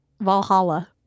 Valhalla